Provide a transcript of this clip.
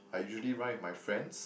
I usually run with my friends